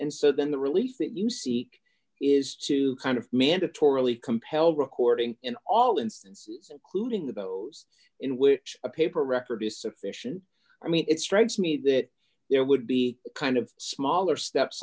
and so then the release that you seek is to kind of mandatorily compel recording in all instance cooling the bowels in which a paper record is sufficient i mean it strikes me that there would be kind of smaller steps